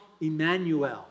Emmanuel